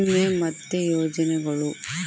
ವಿಮೆ ಮತ್ತೆ ಯೋಜನೆಗುಳು